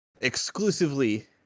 exclusively